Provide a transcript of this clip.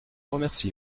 remercie